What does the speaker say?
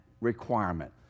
requirement